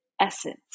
essence